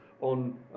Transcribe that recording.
on